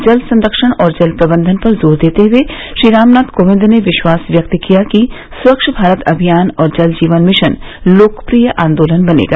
जल संरक्षण और जल प्रबंधन पर जोर देते हुए श्री रामनाथ कोविंद ने विश्वास व्यक्त किया कि स्वच्छ भारत अभियान और जल जीवन मिशन लोकप्रिय आंदोलन बनेगा